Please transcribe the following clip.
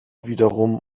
wiederum